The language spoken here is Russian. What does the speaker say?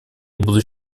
буду